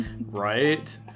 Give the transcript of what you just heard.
right